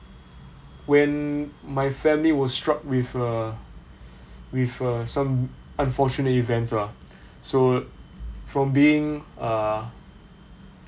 when my family was struck with uh with uh some unfortunate events lah so from being uh